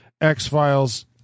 X-Files